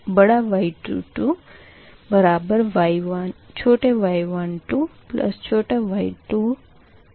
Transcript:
इसलिए Y22 y12y23 है